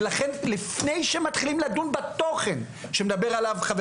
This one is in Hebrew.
ולכן לפני שמתחילים לדון בתוכן שמדבר עליו חבר